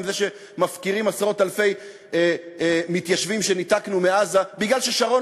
זה שמפקירים עשרות-אלפי מתיישבים שניתקנו מאז כי שרון